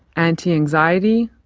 antianxiety,